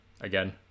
Again